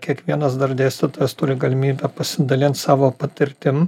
kiekvienas dar dėstytojas turi galimybę pasidalint savo patirtim